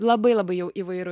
labai labai jau įvairu